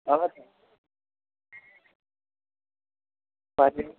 हजुर